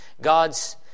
God's